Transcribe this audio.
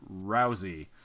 Rousey